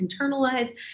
internalize